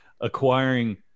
acquiring